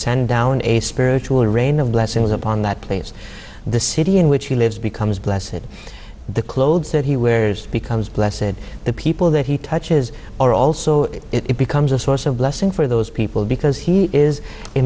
send down a spiritual rain of blessings upon that place the city in which he lives becomes bless it the clothes that he wears becomes bless it the people that he touches are also it becomes a source of blessing for those people because he is a